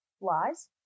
lies